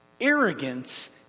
arrogance